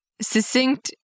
succinct